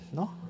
no